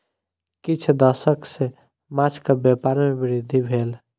किछ दशक सॅ माँछक व्यापार में वृद्धि भेल